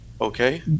Okay